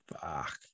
Fuck